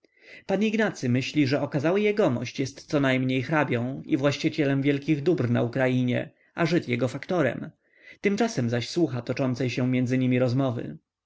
pan ignacy myśli że okazały jegomość jest conajmniej hrabią i właścicielem wielkich dóbr na ukrainie a żyd jego faktorem tymczasem zaś słucha toczącej się między nimi rozmowy